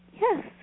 Yes